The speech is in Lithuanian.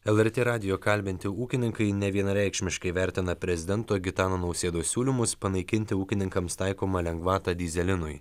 lrt radijo kalbinti ūkininkai nevienareikšmiškai vertina prezidento gitano nausėdos siūlymus panaikinti ūkininkams taikomą lengvatą dyzelinui